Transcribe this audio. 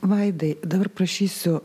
vaidai dabar prašysiu